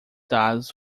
dados